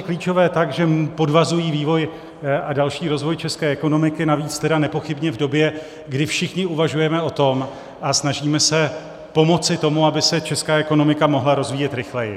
Pro klíčové tak, že podvazují vývoj a další rozvoj české ekonomiky, navíc tedy nepochybně v době, kdy všichni uvažujeme o tom a snažíme se pomoci tomu, aby se česká ekonomika mohla rozvíjet rychleji.